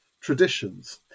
traditions